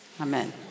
Amen